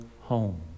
home